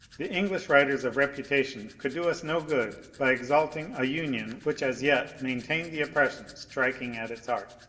the english writers of reputation could do us no good by exalting a union which as yet maintained the oppression striking at its heart,